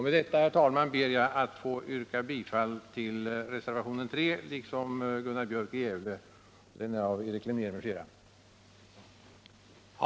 Med detta ber jag, herr talman, att få yrka bifall till reservationen 3 av Erik Glimnér m.fl.